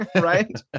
right